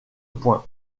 point